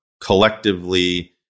collectively